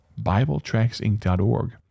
BibleTracksInc.org